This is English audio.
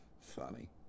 funny